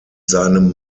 seinem